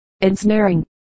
ensnaring